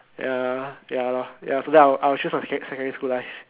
ya ya lor ya after that I'll I'll choose my secondary school life